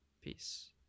Peace